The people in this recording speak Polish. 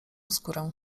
skórę